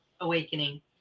awakening